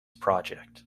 project